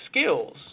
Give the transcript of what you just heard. skills